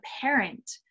parent